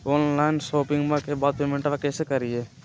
Online शोपिंग्बा के बाद पेमेंटबा कैसे करीय?